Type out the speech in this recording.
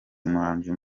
umuhanzi